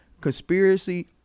conspiracy